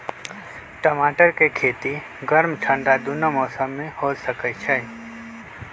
टमाटर के खेती गर्म ठंडा दूनो मौसम में हो सकै छइ